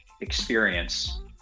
experience